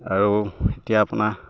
আৰু এতিয়া আপোনাৰ